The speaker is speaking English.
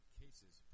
cases